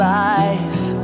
life